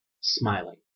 smiling